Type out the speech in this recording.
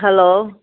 hello